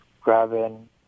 grabbing